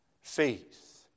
Faith